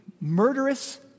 murderous